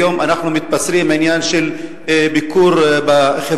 היום אנחנו מתבשרים על העניין של ביקור בחברון,